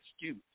excuse